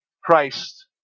Christ